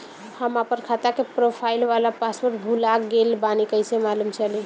हम आपन खाता के प्रोफाइल वाला पासवर्ड भुला गेल बानी कइसे मालूम चली?